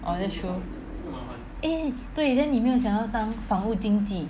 oh that's true eh 对 then 你没有想要当房屋经纪